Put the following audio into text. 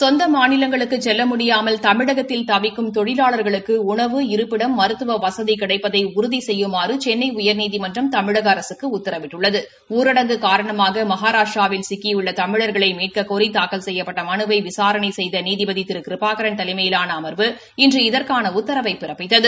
சொந்த மாநிலங்களுக்கு செல்ல முடியாமல் தமிழகத்தில் தவிக்கும் தொழிலாளா்களுக்கு உணவு இருப்பிடம் மருத்துவ வசதி கிடைப்பதை உறுதி செய்யுமாறு சென்னை உயா்நீதிமன்றம் தமிழக அரசுக்கு உத்தவிட்டுள்ளது ஊரடங்கு காரணமாக மகாராஷ்டிராவில் சிக்கியுள்ள தமிழர்களை மீட்கக்கோரி தாக்கல் செய்யப்பட்ட மனுவினை விசாரணை செய்த நீதிபதி திரு கிருபாகரன் தலைமையிலான அமா்வு இன்று இதற்கான உத்தரவை பிறப்பித்தது